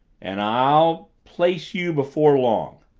and i'll place you before long.